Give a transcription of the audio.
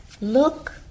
Look